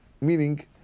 meaning